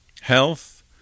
health